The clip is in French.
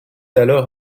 alors